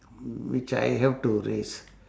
mm which I have to raise